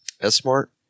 S-Smart